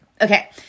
Okay